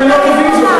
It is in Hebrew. אתם לא קובעים את זה,